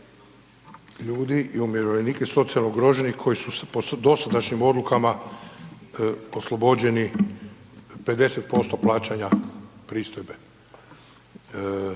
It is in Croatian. ljudi umirovljenika i socijalno ugroženih koji su po dosadašnjim odlukama oslobođeni 50% plaćanja pristojbe.